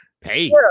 Hey